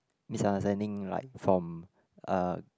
misunderstanding like from uh